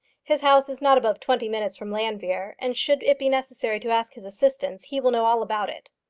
his house is not above twenty minutes from llanfeare, and should it be necessary to ask his assistance, he will know all about it.